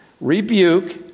rebuke